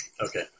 Okay